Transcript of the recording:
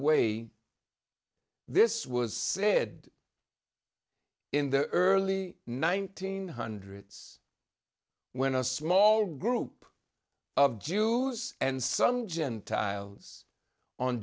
way this was said in the early nineteen hundreds when a small group of jews and some gentiles on